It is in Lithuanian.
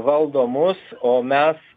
valdo mus o mes